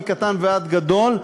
מקטן ועד גדול,